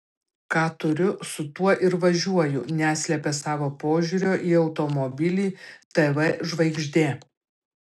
ką turiu su tuo ir važiuoju neslepia savo požiūrio į automobilį tv žvaigždė